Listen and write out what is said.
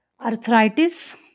arthritis